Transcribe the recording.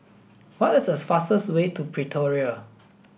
what is the fastest way to Pretoria